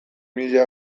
mila